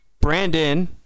Brandon